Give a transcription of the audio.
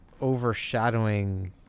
overshadowing